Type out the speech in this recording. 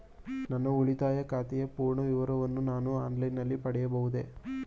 ನನ್ನ ಉಳಿತಾಯ ಖಾತೆಯ ಪೂರ್ಣ ವಿವರಗಳನ್ನು ನಾನು ಆನ್ಲೈನ್ ನಲ್ಲಿ ಪಡೆಯಬಹುದೇ?